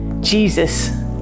Jesus